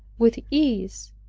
with ease,